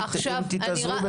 אם תתאזרו בסבלנות.